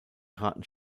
traten